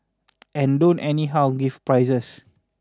and don't anyhow give prizes